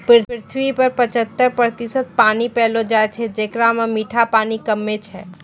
पृथ्वी पर पचहत्तर प्रतिशत पानी पैलो जाय छै, जेकरा म मीठा पानी कम्मे छै